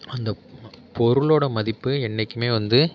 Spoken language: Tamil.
அந்த பொருளோடய மதிப்பு என்றைக்குமே வந்து